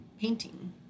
painting